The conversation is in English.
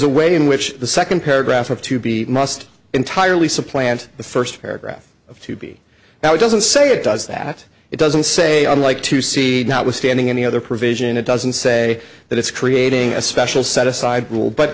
a way in which the second paragraph have to be must entirely supplant the first paragraph to be now it doesn't say it does that it doesn't say i'd like to see notwithstanding any other provision it doesn't say that it's creating a special set aside rule but